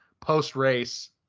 post-race